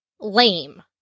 lame